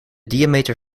diameter